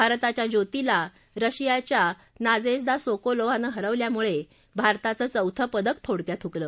भारताच्या ज्योतीला रशियाच्या नडेझदा सोकोलोवाने हरवल्यामुळे भारताचं चौथं पदक थोडक्यात हुकलं